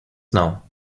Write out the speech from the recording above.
know